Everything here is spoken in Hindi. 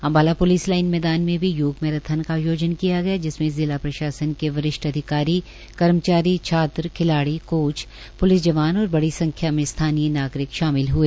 अम्बाला पुलिस लाइन मैदान में भी योग मैराथन का आयोजन किया गया जिसमें जिला प्रशासन के वरिष्ठ अधिकारी कर्मचारी छात्र खिलाड़ी कोच प्लिस जवान और बड़ी संख्या मे स्थानीय नागरिक शामिल हए